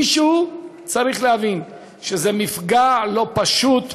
מישהו צריך להבין שזה מפגע לא פשוט,